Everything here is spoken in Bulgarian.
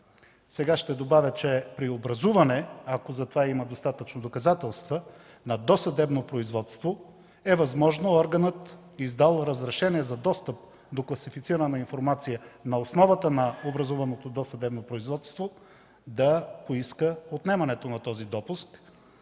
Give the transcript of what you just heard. произнасяне. При образуване, ако за това има достатъчно доказателства, на досъдебно производство е възможно органът, издал разрешение за достъп до класифицирана информация на основата на образуваното досъдебно производство, да поиска отнемането на този допуск,